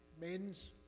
maidens